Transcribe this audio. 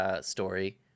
story